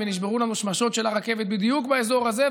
ונשברו לנו שמשות של הרכבת בדיוק באזור הזה,